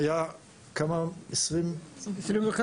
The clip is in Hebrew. היו 25